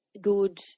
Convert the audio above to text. good